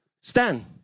stand